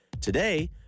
Today